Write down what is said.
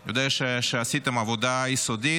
אני יודע שעשיתם עבודה יסודית.